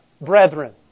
brethren